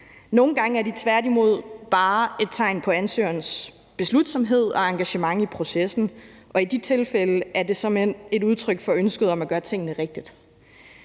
Nogle gange er det tværtimod bare et tegn på ansøgerens beslutsomhed og engagement i processen, og i de tilfælde er det såmænd et udtryk for et ønske om at gøre tingene rigtigt.